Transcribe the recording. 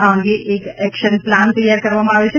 આ અંગે એક એક્શન પ્લાન તૈયાર કરવામાં આવ્યો છે